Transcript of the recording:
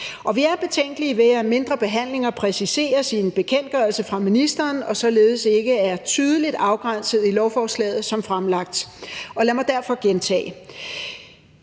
vi er betænkelige ved, at mindre behandlinger præciseres i en bekendtgørelse af ministeren og således ikke er tydeligt afgrænset i lovforslaget som fremsat. Lad mig derfor gentage: